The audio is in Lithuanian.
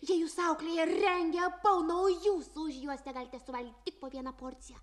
jie jus auklėja rengia apauna o jūs už juos tegalite suvalgyti tik po vieną porciją